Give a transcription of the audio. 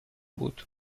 بود